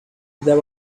there